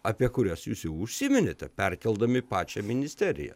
apie kurias jūs jau užsiminėte perkeldami pačią ministeriją